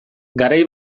garai